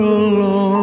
alone